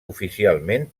oficialment